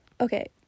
Okay